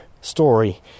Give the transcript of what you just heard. story